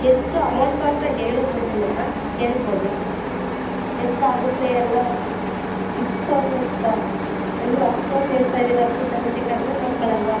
ಎಷ್ಟು ಅಮೌಂಟು ಅಂತ ಹೇಳಿದ್ರೆಯೇ ಮೇಡಮ್ ಹೇಳ್ಬೌದು ಎಷ್ಟಾಗುತ್ತೆ ಎಲ್ಲ ಸಿಕ್ಸ್ ತೌಸಂಡ್ಸ ಅಯ್ಯೋ ಅಷ್ಟೊಂದು ಹೇಳ್ತಾ ಇದ್ದೀರಾ ಹತ್ತು ಜನಕ್ಕೆ ಕಡಿಮೆ ಮಾಡ್ಕೊಳಲ್ವಾ